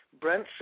Brent